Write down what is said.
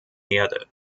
erde